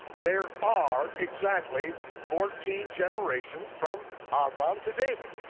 there are exactly fourteen generations from abram to david.